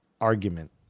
argument